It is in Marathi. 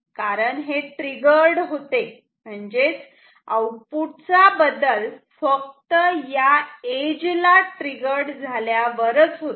कारण हे ट्रिगर्ड होते म्हणजेच आउटपुट चा बदल फक्त या एज ला ट्रिगर्ड झाल्यावरच होतो